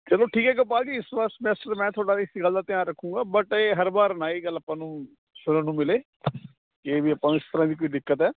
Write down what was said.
ਚਲੋ ਠੀਕ ਹੈ ਗੋਪਾਲ ਜੀ ਸੋ ਇਸ ਸਮੈਸਟਰ ਮੈਂ ਤੁਹਾਡਾ ਇਸ ਗੱਲ ਦਾ ਧਿਆਨ ਰੱਖੂੰਗਾ ਬਟ ਇਹ ਹਰ ਵਾਰ ਨਾ ਇਹ ਗੱਲ ਆਪਾਂ ਨੂੰ ਸੁਣਨ ਮਿਲੇ ਕਿ ਵੀ ਆਪਾਂ ਨੂੰ ਇਸ ਤਰ੍ਹਾਂ ਦੀ ਕੋਈ ਦਿੱਕਤ ਹੈ